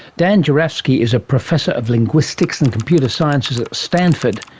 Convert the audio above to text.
dan jurafsky is a professor of linguistics and computer sciences at stanford,